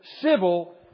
civil